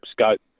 scope